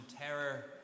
terror